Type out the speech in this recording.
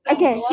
Okay